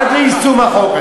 עד ליישום החוק,